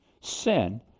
sin